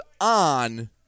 on